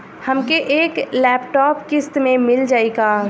हमके एक लैपटॉप किस्त मे मिल जाई का?